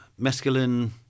Mescaline